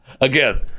again